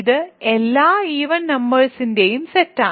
ഇത് എല്ലാ ഈവൻ നമ്പേഴ്സിന്റെയും സെറ്റാണ്